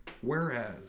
Whereas